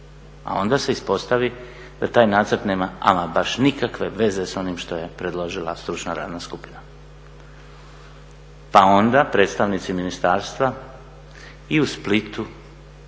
a onda se ispostavi da taj nacrt nema ama baš nikakve veze sa onim što je predložila stručna javna skupina, pa onda predstavnici ministarstva i u Splitu